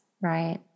Right